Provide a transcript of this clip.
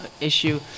issue